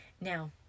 now